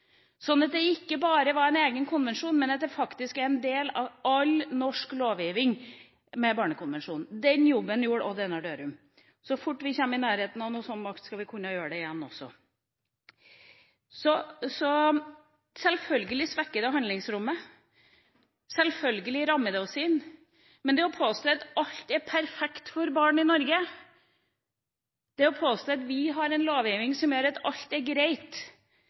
sånn at det ikke bare var en egen konvensjon, men faktisk en del av all norsk lovgivning. Den jobben gjorde Odd Einar Dørum. Så fort vi kommer i nærheten av slik makt, skal vi kunne gjøre det igjen. Selvfølgelig svekker det handlingsrommet. Selvfølgelig rammer det oss inn. Men det å påstå at alt er perfekt for barn i Norge, det å påstå at vi har en lovgivning som gjør at alt er greit,